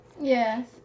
Yes